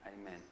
Amen